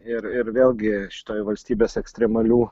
ir ir vėlgi šitoj valstybės ekstremalių